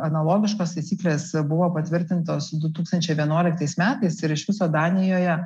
analogiškos taisyklės buvo patvirtintos du tūkstančiai vienuoliktais metais ir iš viso danijoje